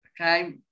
okay